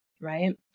Right